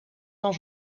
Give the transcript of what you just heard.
van